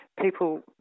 people